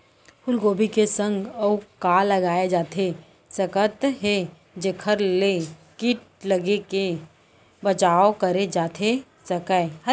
फूलगोभी के संग अऊ का लगाए जाथे सकत हे जेखर ले किट लगे ले बचाव करे जाथे सकय?